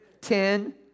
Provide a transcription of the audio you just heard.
ten